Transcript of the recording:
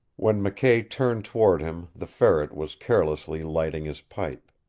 when mckay turned toward him the ferret was carelessly lighting his pipe.